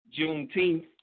Juneteenth